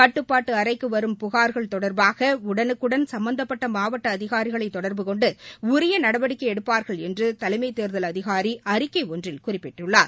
கட்டுப்பாட்டு அறைக்கு வரும் புகார்கள் தொடர்பாக உடலுக்குடன் சம்பந்தப்பட்ட மாவட்ட தேர்தல் அதிகாரிகளை தொடர்பு கொண்டு உரிய நடவடிக்கை எடுப்பார்கள் என்று தலைமை தேர்தல் அதிகாரி அறிக்கை ஒன்றில் குறிப்பிட்டுள்ளார்